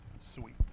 sweet